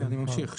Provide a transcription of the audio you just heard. אני ממשיך.